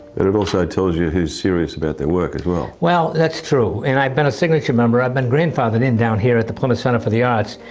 it also tells you who's serious about their work as well. well that's true. and i've been a signature member, i've been grandfathered in down here at the plymouth centre for the arts,